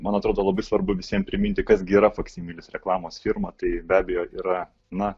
man atrodo labai svarbu visiem priminti kas gi yra faksimilės reklamos firma tai be abejo yra na